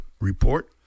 report